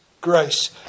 grace